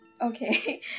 Okay